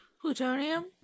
Plutonium